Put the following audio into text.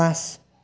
পাঁচ